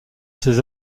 ses